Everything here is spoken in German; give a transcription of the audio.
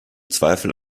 zweifel